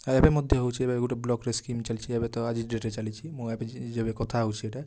ଏବେ ମଧ୍ୟ ହେଉଛି ଏବେ ଗୋଟେ ବ୍ଲକ୍ରେ ସ୍କିମ୍ ଚାଲିଛି ଏବେ ତ ଆଜି ଡ଼େଟ୍ରେ ଚାଲିଛି ମୁଁ ଏବେ ଯେବେ କଥା ହେଉଛି ଏଇଟା